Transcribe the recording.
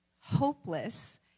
hopeless